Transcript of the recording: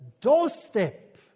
doorstep